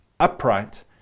Upright